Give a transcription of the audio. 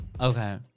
Okay